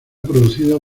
producido